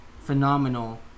phenomenal